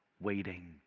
waiting